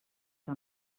que